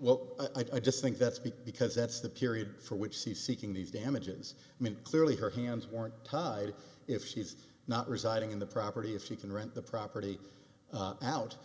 well i just think that's because that's the period for which she seeking these damages i mean clearly her hands were tied if she's not residing in the property if she can rent the property out